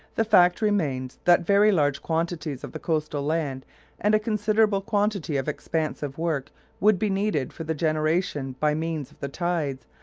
the fact remains that very large quantities of the coastal land and a considerable quantity of expensive work would be needed for the generation, by means of the tides,